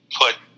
put